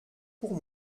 pour